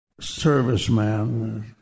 serviceman